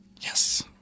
Yes